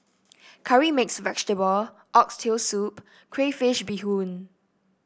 Curry Mixed Vegetable Oxtail Soup Crayfish Beehoon